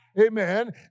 Amen